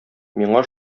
миңа